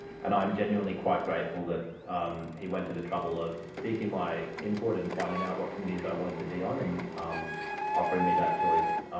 and i am genuinely quite grateful that he went to the trouble of seeking my input and finding out what committees i wanted to be on and offering me that choice.